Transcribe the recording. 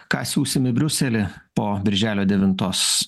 ką siųsim į briuselį po birželio devintos